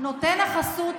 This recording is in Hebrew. נותן החסות,